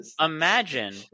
Imagine